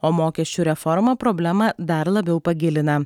o mokesčių reforma problemą dar labiau pagilina